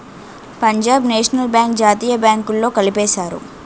Punjab National Bank జాతీయ బ్యాంకుల్లో కలిపేశారు